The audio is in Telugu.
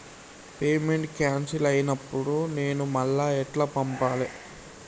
పేమెంట్ క్యాన్సిల్ అయినపుడు నేను మళ్ళా ఎట్ల పంపాలే?